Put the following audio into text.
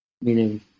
meaning